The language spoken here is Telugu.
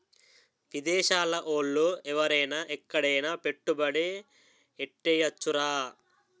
విదేశాల ఓళ్ళు ఎవరైన ఎక్కడైన పెట్టుబడి ఎట్టేయొచ్చురా